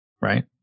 right